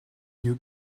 you